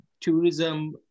tourism